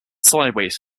sideways